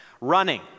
Running